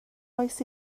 oes